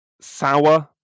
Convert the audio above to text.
sour